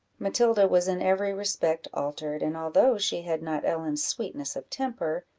matilda was in every respect altered, and although she had not ellen's sweetness of temper,